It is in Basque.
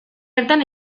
hartan